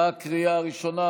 בקריאה הראשונה.